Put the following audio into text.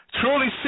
Truly